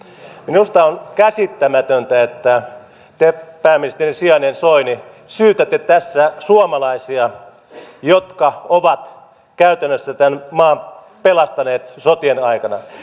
minusta on käsittämätöntä että te pääministerin sijainen soini syytätte tässä suomalaisia jotka ovat käytännössä tämän maan pelastaneet sotien aikana